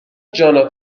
جانا